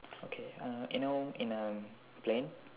okay uh you know in a plane